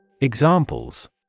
Examples